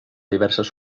diverses